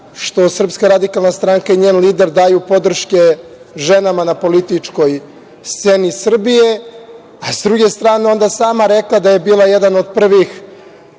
vid zaprepašćenja što SRS i njen lider daju podrške ženama na političkoj sceni Srbije, a s druge strane, onda je sama rekla da je bila jedan od prvih